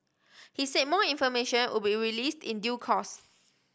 he said more information would be released in due course